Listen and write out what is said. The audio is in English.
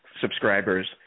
subscribers